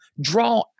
draw